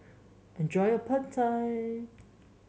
enjoy your Pad Thai